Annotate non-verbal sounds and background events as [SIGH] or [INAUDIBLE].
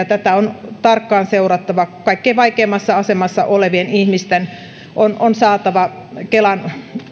[UNINTELLIGIBLE] tätä on tarkkaan seurattava kaikkein vaikeimmassa asemassa olevien ihmisten on on saatava kelan